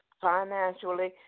Financially